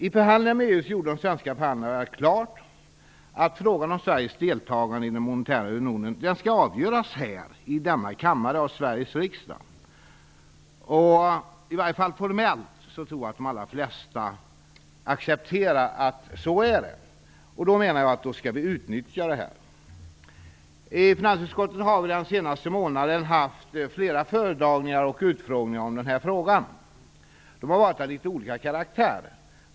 I förhandlingarna med EU gjorde de svenska förhandlarna klart att frågan om Sveriges deltagande i den monetära unionen skall avgöras i denna kammare av Sveriges riksdag. Jag tror att de allra flesta i varje fall formellt accepterar att så är det. Jag menar att vi då skall utnyttja det. I finansutskottet har vi den senaste månaden haft flera föredragningar och utfrågningar i den här frågan. De har varit av litet olika karaktär.